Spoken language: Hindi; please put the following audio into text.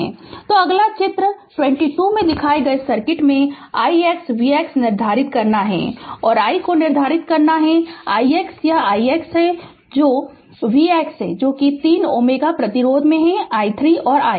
Refer Slide Time 1542 तो अगला एक चित्र 22 में दिखाए गए सर्किट में है ix v x निर्धारित करना है और I को निर्धारित करना है ix यह ix है तो v x जो कि इस 3 Ω प्रतिरोध में i 3 है और i